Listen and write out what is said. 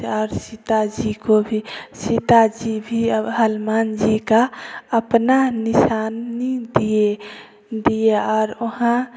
और सीता जी को भी सीता जी भी अब हनुमान जी का अपना निशानी दिए दिए और वहाँ